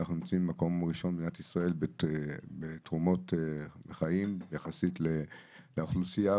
אנחנו נמצאים במקום הראשון בישראל בתרומות בחיים יחסית לאוכלוסייה,